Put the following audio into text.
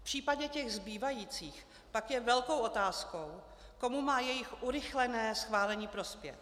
V případě těch zbývajících pak je velkou otázkou, komu má jejich urychlené schválení prospět.